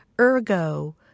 ergo